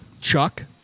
Chuck